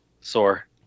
Sore